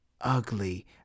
ugly